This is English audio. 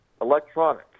Electronic